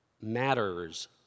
matters